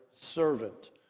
servant